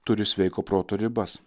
turi sveiko proto ribas